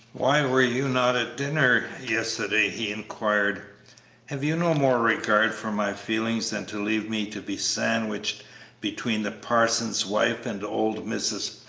why were you not at dinner yesterday? he inquired have you no more regard for my feelings than to leave me to be sandwiched between the parson's wife and old mrs.